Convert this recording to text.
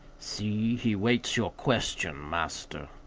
see, he waits your question, master,